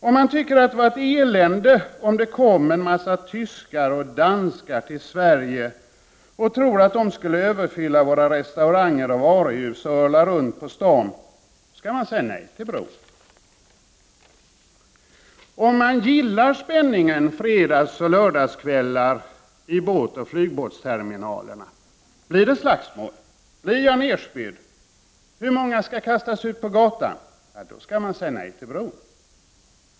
Om man tycker att det vore ett elände om det till Sverige kom en massa danskar och tyskar, som tror att de skall få överfylla våra restauranger och varuhus och rulla runt på stan — då skall man säga nej till bron. Om man gillar spänningen fredagsoch lördagskvällar i båtoch flygbåtsterminalerna — Blir det slagsmål? Blir jag nedspydd? Hur många skall kastas ut på gatan? — då skall man säga nej till bron.